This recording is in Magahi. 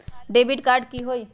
डेबिट कार्ड की होई?